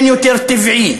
אין יותר טבעי